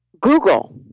Google